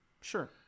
Sure